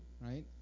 right